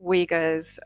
Uyghurs